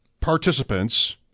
participants